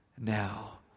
now